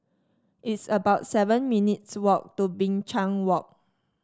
it's about seven minutes' walk to Binchang Walk